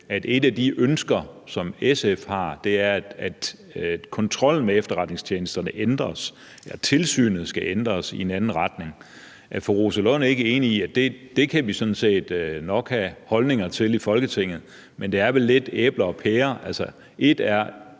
at et af de ønsker, som SF har, er, at kontrollen med efterretningstjenesterne ændres, at tilsynet skal ændres i en anden retning. Er fru Rosa Lund ikke enig i, at vi sådan set nok kan have holdninger til det i Folketinget, men at det vel lidt er at sammenligne æbler